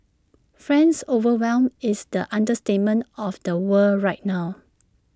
friends overwhelmed is the understatement of the world right now